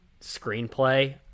screenplay